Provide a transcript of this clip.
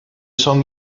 son